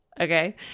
Okay